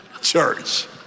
church